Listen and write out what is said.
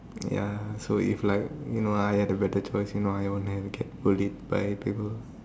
ya so if like you know if I had a better choice you know I would never get bullied by people